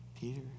Peter